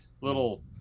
little